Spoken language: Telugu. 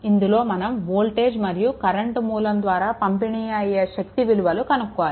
ఇందులో మనం వోల్టేజ్ మరియు కరెంట్ మూలం ద్వారా పంపిణీ అయ్యే శక్తి విలువలు కనుక్కోవాలి